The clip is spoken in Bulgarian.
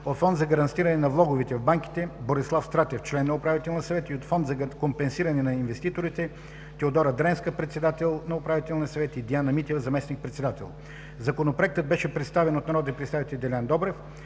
от Фонда за гарантиране на влоговете в банките: Борислав Стратев – член на УС; и от Фонда за компенсиране на инвеститорите: Теодора Дренска – председател на УС, и Дияна Митева – заместник-председател. Законопроектът беше представен от народния представител Делян Добрев.